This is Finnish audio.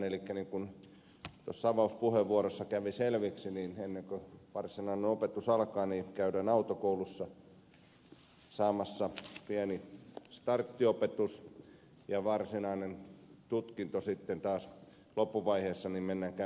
kuten tuossa avauspuheenvuorossa kävi selväksi ennen kuin varsinainen opetus alkaa käydään autokoulussa saamassa pieni starttiopetus ja varsinaisen tutkinnon loppuvaiheessa sitten mennään taas käymään siellä autokoulussa